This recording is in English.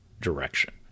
direction